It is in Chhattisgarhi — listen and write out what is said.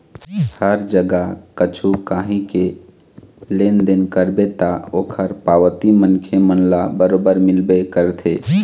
हर जगा कछु काही के लेन देन करबे ता ओखर पावती मनखे मन ल बरोबर मिलबे करथे